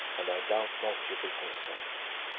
and i doubt not you will consent.